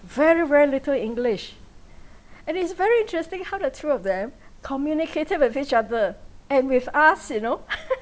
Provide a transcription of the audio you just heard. very very little english and it's very interesting how the two of them communicated with each other and with us you know